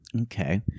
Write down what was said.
Okay